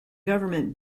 government